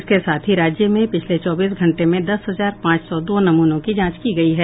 इसके साथ ही राज्य में पिछले चौबीस घंटे में दस हजार पांच सौ दो नमूनों की जांच की गयी है